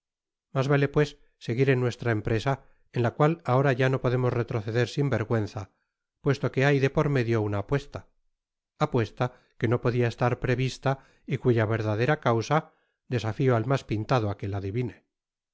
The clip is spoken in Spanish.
mas vale pues seguir en nuestra empresa en la cual ahora ya no podemos retroceder sin vergüenza puesto que hay de por medio una apuesta apuesta que no podia estar prevista y cuya verdadera causa desafio al mas pintado á que la adivine